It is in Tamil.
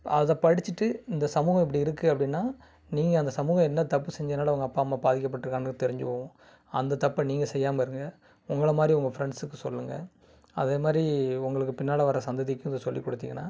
அதை படிச்சுட்டு இந்த சமூகம் இப்படி இருக்குது அப்படின்னா நீங்கள் அந்த சமூகம் என்ன தப்பு செஞ்சதுனால உங்கள் அப்பா அம்மா பாதிக்கப்பட்டு இருக்காங்க தெரிஞ்சு போகும் அந்த தப்பை நீங்கள் செய்யாமல் இருங்கள் உங்களை மாதிரி உங்கள் ஃப்ரெண்ட்ஸுக்கும் சொல்லுங்கள் அதே மாதிரி உங்களுக்கு பின்னால் வர சந்ததிக்கும் இதை சொல்லிக் கொடுத்திங்கன்னா